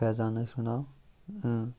فیضان حظ چھُ مےٚ ناو ٲں